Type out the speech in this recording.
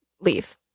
leave